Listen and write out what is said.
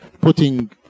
Putting